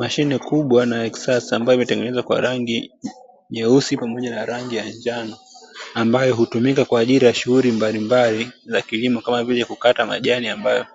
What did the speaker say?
Machine kubwa na ya kisasa mbayo imetengenezwa kwa rangi nyeusi pamoja na rangi ya njano ambayo hutumika kwa ajili ya shughuli mbalimbali za kilimo kama vile: kukata majani ambayo